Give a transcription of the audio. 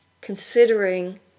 considering